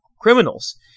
criminals